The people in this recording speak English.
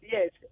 Yes